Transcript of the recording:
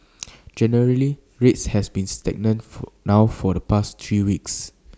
generally rates have been stagnant for now for the past three weeks